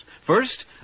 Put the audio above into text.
First